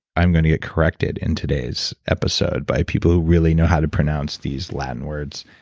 i'm going to get corrected in today's episode by people who really know how to pronounce these lab words.